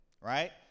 right